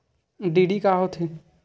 DD का होथे?